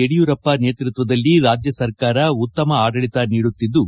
ಯಡಿಯೂರಪ್ಪ ನೇತೃತ್ವದಲ್ಲಿ ರಾಜ್ಯ ಸರ್ಕಾರ ಉತ್ತಮ ಆಡಳಿತ ನೀಡುತ್ತಿದ್ದು